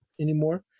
anymore